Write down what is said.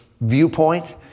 viewpoint